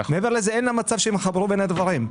מעבר לזה אין מצב שהם יחברו בין הדברים.